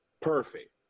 perfect